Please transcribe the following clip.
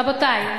רבותי,